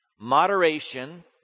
moderation